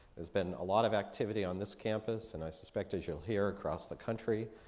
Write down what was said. there's been a lot of activity on this campus, and i suspect as you'll hear, across the country.